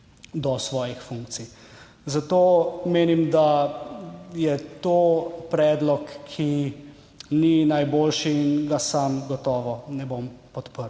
do svojih funkcij. Zato menim, da je to predlog, ki ni najboljši, in ga sam gotovo ne bom podprl.